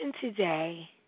today